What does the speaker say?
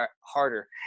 harder